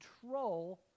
control